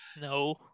no